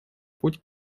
путь